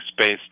space